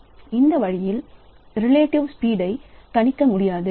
எனவே அந்த வழியில் ரிலேட்டிவ் ஸ்பீட்ஐ கணிக்க முடியாது